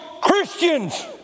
Christians